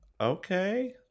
Okay